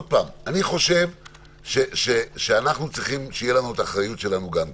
אני חושב שאנחנו צריכים שתהיה לנו את האחריות שלנו גם כן.